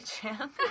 Champ